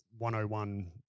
101